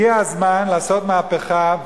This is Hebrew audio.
הגיע הזמן לעשות מהפכה,